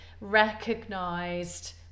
recognized